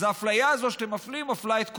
אז האפליה הזאת שאתם מפלים מפלה את כולם.